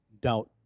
doubt